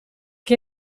che